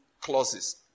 clauses